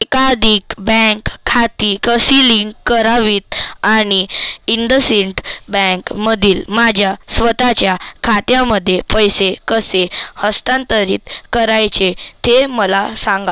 एकाधिक बँक खाती कशी लिंक करावीत आणि इंडसइंट बँकमधील माझ्या स्वतःच्या खात्यामध्ये पैसे कसे हस्तांतरित करायचे ते मला सांगा